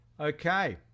Okay